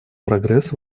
прогресс